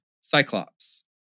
Cyclops